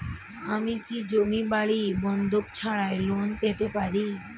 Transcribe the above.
আমি কি জমি বাড়ি বন্ধক ছাড়াই লোন পেতে পারি?